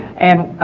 and